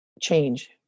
change